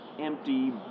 empty